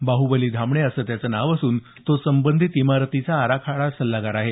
बाहबली धामणे असं त्याचं नाव असून तो संबंधित इमारतीचा आराखडा सल्लागार आहे